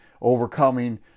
overcoming